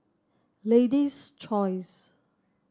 Lady's Choice